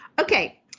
Okay